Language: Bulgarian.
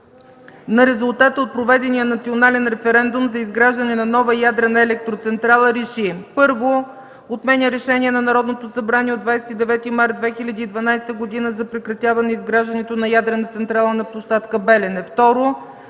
на резултата от проведения национален референдум за изграждането на нова ядрена електроцентрала, Р Е Ш И: 1. Отменя Решение на Народното събрание от 29 март 2012 г. за прекратяване изграждането на ядрена централа на площадка „Белене”.